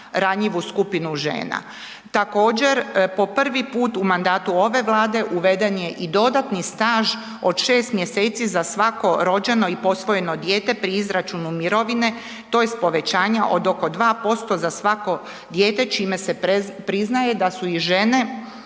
ranjivu skupinu žena. Također po prvi put u mandatu ove Vlade uveden je i dodatni staž od 6 mjeseci za svako rođeno i posvojeno dijete pri izračunu mirovine tj. povećanje od oko 2% za svako dijete, čime se priznaje da su i žene